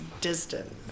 Distant